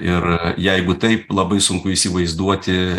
ir jeigu taip labai sunku įsivaizduoti